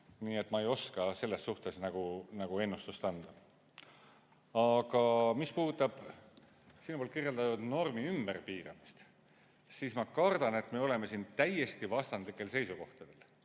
Nii et ma ei oska selles suhtes nagu ennustust anda. Aga mis puudutab sinu kirjeldatud normi ümberpööramist, siis ma kardan, et me oleme siin täiesti vastandlikel seisukohtadel.